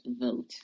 vote